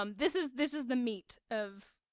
um this is, this is the meat of,